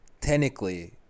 technically